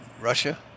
russia